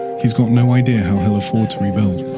he's got no idea how how afford to rebuild.